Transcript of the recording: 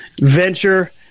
Venture